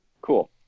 Cool